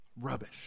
Rubbish